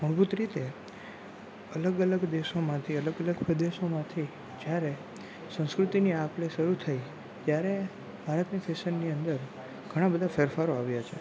અંગત રીતે અલગ અલગ દેશોમાંથી અલગ પ્રદેશોમાંથી જ્યારે સંસ્કૃતિની આપલે શરૂ થઈ ત્યારે ભારતની ફેશનની અંદર ઘણાં બધાં ફેરફારો આવ્યાં છે